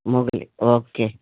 Mogili okay